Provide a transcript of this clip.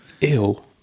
Ew